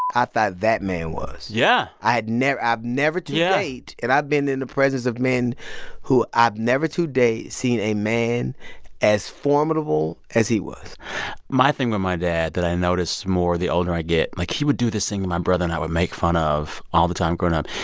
i ah thought that man was yeah i had never i've never. yeah. to yeah date and i've been in the presence of men who i've never to date seen a man as formidable as he was my thing with my dad that i noticed more the older i get like, he would do this thing that my brother and i would make fun of all the time growing up.